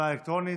הצבעה אלקטרונית,